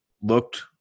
looked